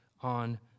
on